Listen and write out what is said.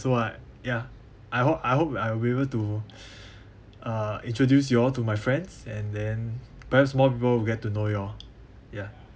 so I ya I hope I hope I will be able to uh introduce you all to my friends and then perhaps more people will get to know you all ya